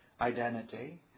identity